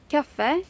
Kaffe